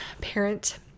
parent